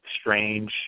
strange